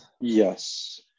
Yes